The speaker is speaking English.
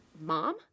Mom